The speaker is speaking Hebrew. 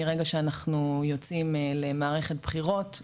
מרגע שאנחנו יוצאים למערכת בחירות,